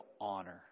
honor